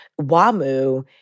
WAMU